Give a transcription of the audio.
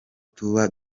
tuba